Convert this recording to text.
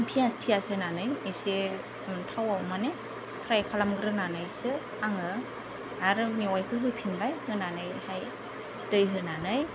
प्यास त्यास होनानै एसे मोजां थावाव माने फ्राय खालामग्रोनानैसो आङो आरो मेवाइखौ होफिनबाय होनानैहाय दै होनानै